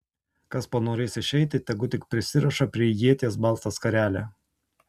kas panorės išeiti tegu tik prisiriša prie ieties baltą skarelę